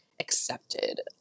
accepted